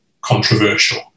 controversial